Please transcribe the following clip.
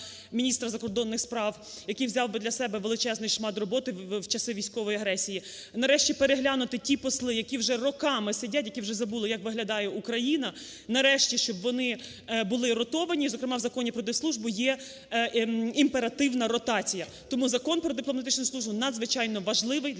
міністра закордонних справ, який взяв би для себе величезний шмат роботи в часи військової агресії. Нарешті переглянути тих послів, які вже роками сидять, які вже забули, як виглядає України, нарешті, щоб вони були ротовані. І, зокрема, в Законі про дипслужбу є імперативна ротація. Тому Закон про дипломатичну службу надзвичайно важливий для